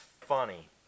funny